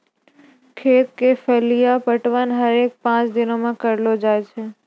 खेत क फलिया पटवन हरेक पांच दिनो म करलो जाय छै